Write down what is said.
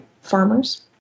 farmers